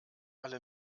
alle